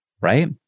Right